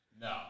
No